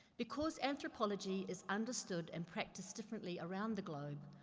because anthropology is understood and practiced differently around the globe,